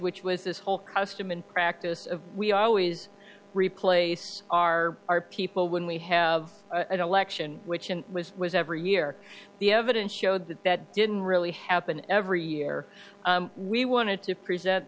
which was this whole custom and practice of we always replace our our people when we have i don't lection which was was every year the evidence showed that that didn't really happen every year we wanted to present